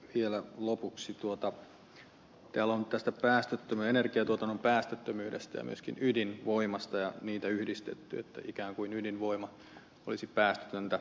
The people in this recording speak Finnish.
vielä lopuksi täällä on puhuttu energiatuotannon päästöttömyydestä ja myöskin ydinvoimasta ja niitä yhdistetty ikään kuin ydinvoima olisi päästötöntä